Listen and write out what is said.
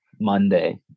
Monday